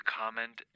comment